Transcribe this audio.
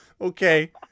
Okay